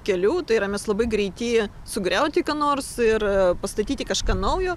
kelių tai yra mes labai greiti sugriauti ką nors ir pastatyti kažką naujo